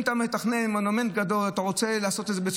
אני רוצה להגיד לך